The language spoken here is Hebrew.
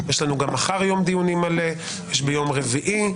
יש לנו גם מחר יום דיונים מלא, יש ביום רביעי.